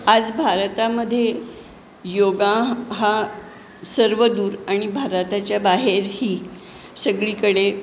आज भारतामध्ये योगा हा सर्वदूर आणि भारताच्या बाहेरही सगळीकडे